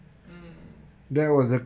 mm